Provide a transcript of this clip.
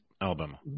Alabama